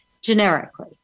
Generically